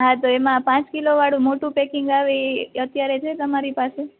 હા તો એમા પાંચ કિલા વાળું મોટું પેકિંગ આવે ઇ અત્યારે છે તમારી પાસે